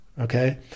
Okay